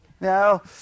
No